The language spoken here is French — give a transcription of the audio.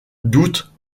doute